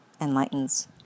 enlightens